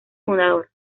fundador